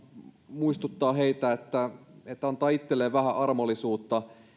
muistuttaa heitä siitä että antavat itselleen vähän armollisuutta